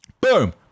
boom